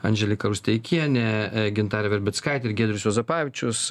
andželika rusteikienė gintarė verbickaitė ir giedrius juozapavičius